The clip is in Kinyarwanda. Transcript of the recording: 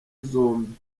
zombie